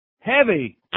Heavy